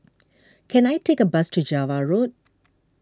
can I take a bus to Java Road